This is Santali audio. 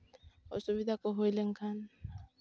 ᱚᱥᱩᱵᱤᱫᱷᱟ ᱠᱚ ᱦᱩᱭ ᱞᱮᱱᱠᱷᱟᱱ